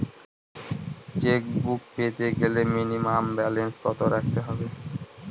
Chequebook পেতে গেলে minimum balance কত রাখতে হবে?